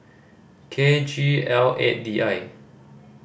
K G L eight D I